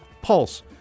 Pulse